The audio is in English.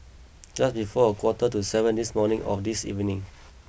just before a quarter to seven this morning or this evening